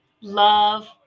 love